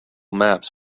maps